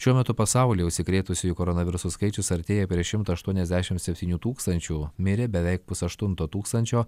šiuo metu pasaulyje užsikrėtusiųjų koronavirusu skaičius artėja prie šimto aštuoniasdešimt septynių tūkstančių mirė beveik pusaštunto tūkstančio